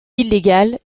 illégales